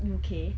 U_K